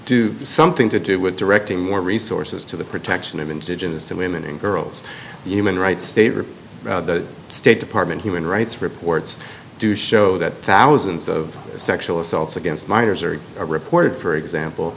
do something to do with directing more resources to the protection of indigenous to women and girls human rights state rip the state department human rights reports do show that thousands of sexual assaults against minors are reported for example